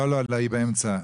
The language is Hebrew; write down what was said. לא, היא באמצע.